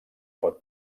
pot